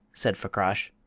said fakrash.